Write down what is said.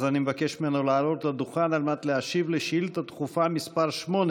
אז אני מבקש ממנו לעלות לדוכן על מנת לענות על שאילתה דחופה מס' 8,